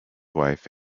wife